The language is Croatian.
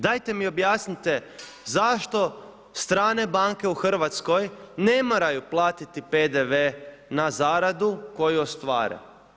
Dajte mi objasnite zašto strane banke u Hrvatskoj ne moraju platiti PDV na zaradu koju ostvare?